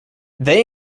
they